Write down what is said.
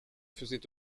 faisait